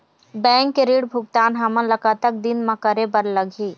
Bank के ऋण भुगतान हमन ला कतक दिन म करे बर लगही?